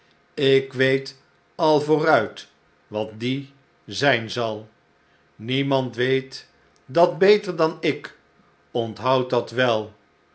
ik weet al vooruit wat die zijn zal niemand weet dat beter dan ik onthoud dat wel